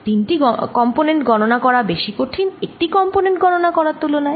তিনটি কম্পোনেন্ট গণনা করা বেশি কঠিন একটি কম্পোনেন্ট গণনা করার তুলনায়